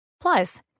Plus